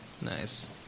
Nice